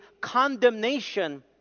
condemnation